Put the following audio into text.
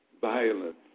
violence